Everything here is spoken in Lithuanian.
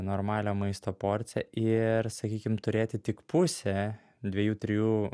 normalią maisto porciją ir sakykim turėti tik pusę dviejų trijų